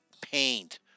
paint